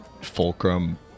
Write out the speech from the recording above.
Fulcrum